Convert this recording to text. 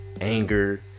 anger